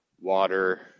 water